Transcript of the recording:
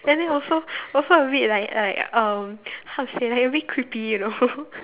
and then also also a bit like like um how to say like a bit creepy you know